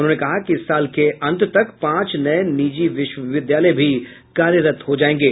उन्होंने कहा कि इस साल के अंत तक पांच नये निजी विश्वविद्यालय भी कार्यरत हो जायेंगे